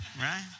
Right